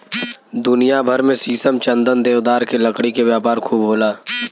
दुनिया भर में शीशम, चंदन, देवदार के लकड़ी के व्यापार खूब होला